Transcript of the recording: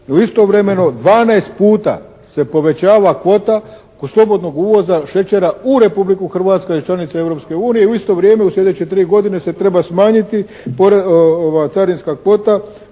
u, istovremeno 12 puta se povećava kvota kod slobodnog uvoza šećera u Republiku Hrvatsku iz članica Europske unije. U isto vrijeme u sljedeće 3 godine se treba smanjiti carinska kvota